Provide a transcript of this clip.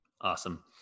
Awesome